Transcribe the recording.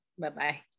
Bye-bye